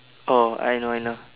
oh I know I know